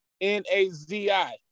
N-A-Z-I